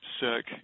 sick